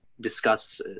discuss